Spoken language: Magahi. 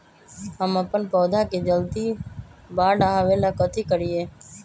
हम अपन पौधा के जल्दी बाढ़आवेला कथि करिए?